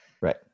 Right